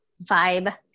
Vibe